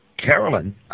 Carolyn